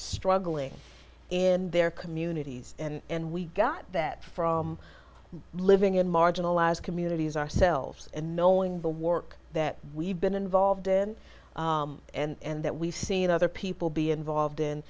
struggling in their communities and we got that from living in marginalized communities ourselves and knowing the work that we've been involved in and that we've seen other people be involved in